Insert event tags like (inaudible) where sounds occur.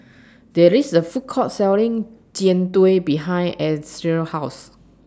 There IS A Food Court Selling Jian Dui behind (unintelligible) House